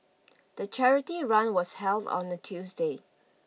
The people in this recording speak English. the charity run was held on a Tuesday